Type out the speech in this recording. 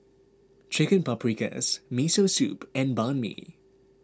Chicken Paprikas Miso Soup and Banh Mi